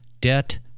debt